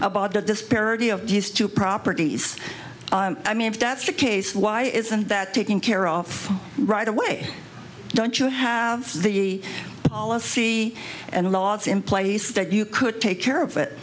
about the disparity of his two properties i mean if that's the case why isn't that taken care of right away don't you have the policy and laws in place that you could take care of it